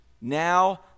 now